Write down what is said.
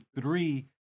three